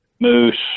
moose